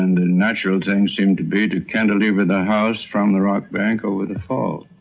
and the natural thing seemed to be to cantilever the house from the rock bank over the falls.